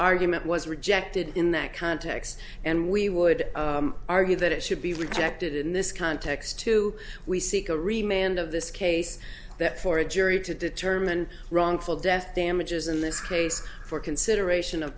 argument was rejected in that context and we would argue that it should be rejected in this context to we seek a remained of this case that for a jury to determine wrongful death damages in this case for consideration of